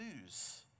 lose